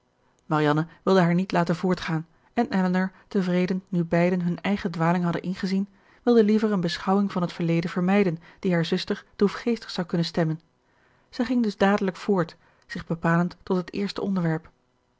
marianne wilde haar niet laten voortgaan en elinor tevreden nu beiden hun eigen dwaling hadden ingezien wilde liever eene beschouwing van het verleden vermijden die hare zuster droefgeestig zou kunnen stemmen zij ging dus dadelijk voort zich bepalend tot het eerste onderwerp